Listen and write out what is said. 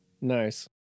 Nice